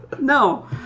No